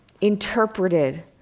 interpreted